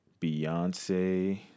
Beyonce